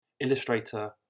illustrator